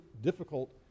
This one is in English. difficult